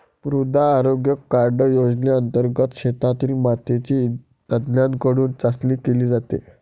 मृदा आरोग्य कार्ड योजनेंतर्गत शेतातील मातीची तज्ज्ञांकडून चाचणी केली जाते